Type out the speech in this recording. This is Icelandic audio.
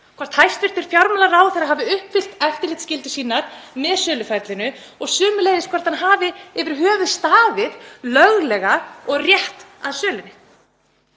hvort hæstv. fjármálaráðherra hafi uppfyllt eftirlitsskyldur sínar með söluferlinu og sömuleiðis hvort hann hafi yfir höfuð staðið löglega og rétt að sölunni.